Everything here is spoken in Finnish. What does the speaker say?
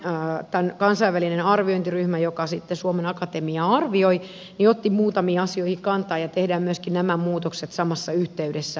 tämä kansainvälinen arviointiryhmä joka sitten suomen akatemiaa arvioi otti muutamiin asioihin kantaa ja tehdään myöskin nämä muutokset samassa yh teydessä tähän lakiin